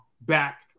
back